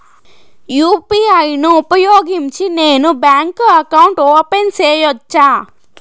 UPI ను ఉపయోగించి నేను బ్యాంకు అకౌంట్ ఓపెన్ సేయొచ్చా?